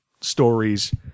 stories